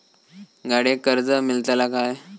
गाडयेक कर्ज मेलतला काय?